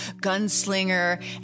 gunslinger